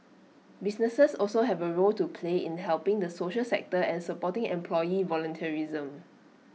businesses also have A role to play in helping the social sector and supporting employee volunteerism